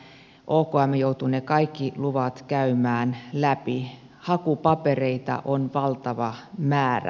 okm joutuu ne kaikki luvat käymään läpi hakupapereita on valtava määrä